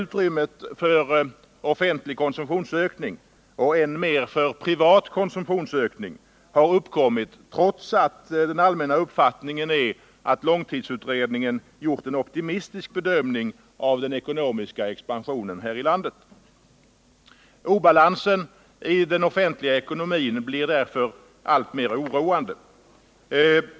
Utrymmet för offentlig konsumtionsökning, och än mer för privat konsumtionsökning, är snävt, trots att den allmänna uppfattningen är att långtidsutredningen gjort en optimistisk bedömning av den ekonomiska expansionen här i landet. Obalansen i den offentliga ekonomin blir därför alltmer oroande.